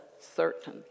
certain